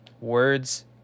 words